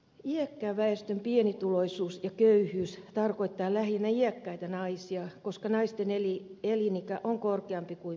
iäkkään väestön pienituloisuus ja köyhyys tarkoittaa lähinnä iäkkäitä naisia koska naisten elinikä on korkeampi kuin miesten